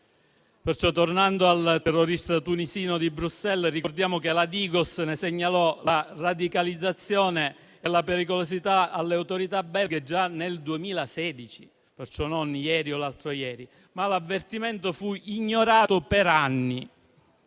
Tornando al terrorista tunisino di Bruxelles, ricordiamo che la Digos ne segnalò la radicalizzazione e la pericolosità alle autorità belghe già nel 2016, perciò non ieri o l'altro